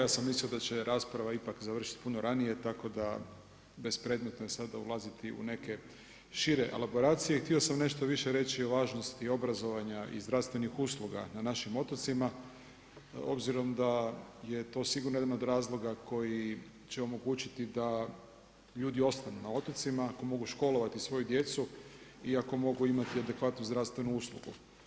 Ja sam mislio da će rasprava ipak završiti puno ranije tako da bespredmetno je sada ulaziti u neke šire elaboracije, htio sam nešto više reći o važnosti obrazovanja i zdravstvenih usluga na našim otocima obzirom da je to sigurno jedan od razloga koji će omogućiti da ljudi ostanu na otocima ako mogu školovati svoju djecu i ako mogu imati adekvatnu zdravstvenu uslugu.